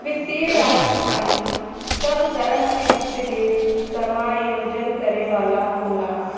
वित्तीय राजधानी सब तरह के वित्त के समायोजन करे वाला होला